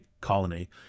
Colony